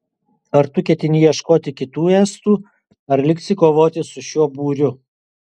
ar tu ketini ieškoti kitų estų ar liksi kovoti su šiuo būriu